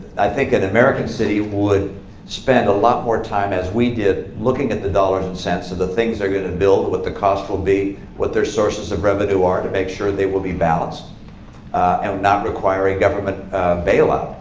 i think an american city would spend a lot more time, as we did, looking at the dollars and cents of the things they're going to build, what the cost will be, what their sources of revenue are to make sure they will be balanced and not require a government bailout.